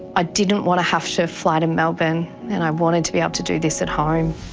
i didn't want to have to fly to melbourne and i wanted to be able to do this at home.